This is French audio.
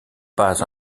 pas